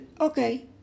okay